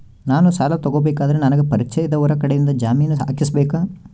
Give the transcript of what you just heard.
ನಾನು ಸಾಲ ತಗೋಬೇಕಾದರೆ ನನಗ ಪರಿಚಯದವರ ಕಡೆಯಿಂದ ಜಾಮೇನು ಹಾಕಿಸಬೇಕಾ?